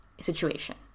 situation